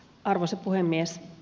arvoisa puhemies